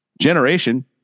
generation